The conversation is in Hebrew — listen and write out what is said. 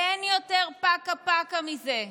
אין יותר פקה-פקה מזה.